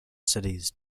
cities